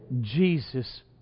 Jesus